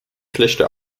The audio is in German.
schlechte